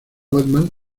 batman